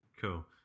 Cool